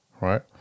right